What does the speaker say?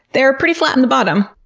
they are pretty flat in the bottom.